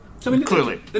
clearly